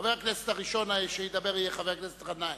חבר הכנסת הראשון שידבר יהיה חבר הכנסת גנאים.